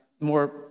more